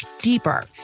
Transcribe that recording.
deeper